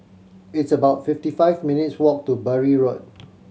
it's about fifty five minutes' walk to Bury Road